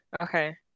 okay